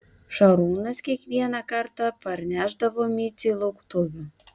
šarūnas kiekvieną kartą parnešdavo miciui lauktuvių